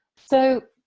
so,